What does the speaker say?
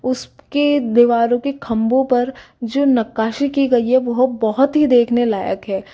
उसके दीवारों के खंभो पर जो नक्काशी की गई है वो बहुत ही देखने लायक है